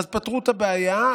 אז פתרו את הבעיה,